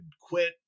quit